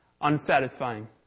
unsatisfying